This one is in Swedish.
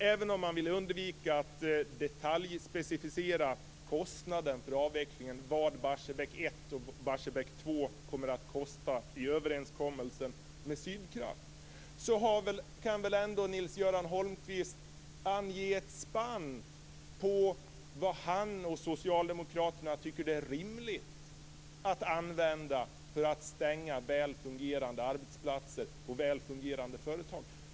Även om man vill undvika att detaljspecificera vad avvecklingen av Barsebäck 1 och 2 kommer att kosta i överenskommelsen med Sydkraft, kan väl Nils-Göran Holmqvist ange ett spann på vad han och socialdemokraterna tycker är rimligt att använda för att stänga välfungerande arbetsplatser och företag.